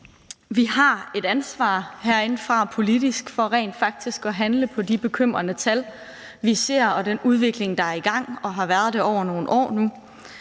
Vi har et politisk ansvar herindefra for rent faktisk at handle på baggrund af de bekymrende tal, vi ser, og den udvikling, der er i gang og har været det i nogle år nu.